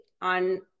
on